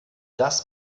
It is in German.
das